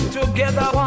together